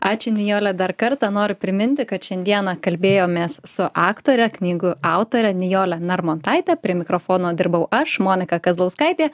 ačiū nijole dar kartą noriu priminti kad šiandieną kalbėjomės su aktore knygų autore nijole narmontaite prie mikrofono dirbau aš monika kazlauskaitė